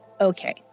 Okay